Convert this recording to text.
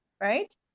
right